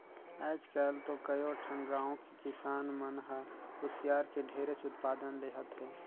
आयज काल तो कयो ठन गाँव के किसान मन ह कुसियार के ढेरेच उत्पादन लेहत हे